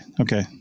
okay